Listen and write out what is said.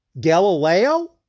Galileo